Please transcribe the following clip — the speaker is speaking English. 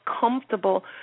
comfortable